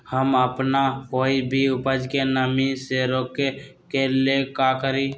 हम अपना कोई भी उपज के नमी से रोके के ले का करी?